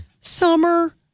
Summer